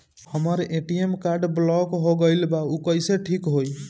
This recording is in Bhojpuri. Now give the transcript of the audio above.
हमर ए.टी.एम कार्ड ब्लॉक हो गईल बा ऊ कईसे ठिक होई?